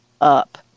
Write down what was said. up